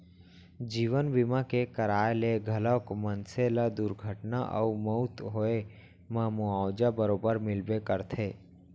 जीवन बीमा के कराय ले घलौक मनसे ल दुरघटना अउ मउत होए म मुवाजा बरोबर मिलबे करथे